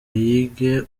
yige